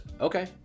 okay